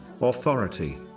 authority